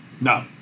No